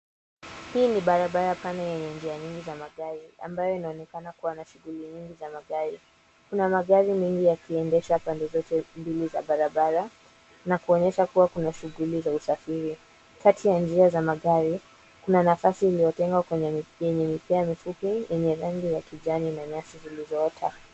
Hii ni barabara pana yenye njia nyingiza magari ambayo inaonekana kuwa na shughuli nyingi za magari. Kuna magari mengi yakiendeshwa pande zote mbili za barabara na kuonyesha kuwa kuna shughuli za usafiri. Kati ya njia za magari kuna nafasi iliyotengwa kwenye mipini mipya mifupi yenye rangi ya kijani na nyasi zilizooota.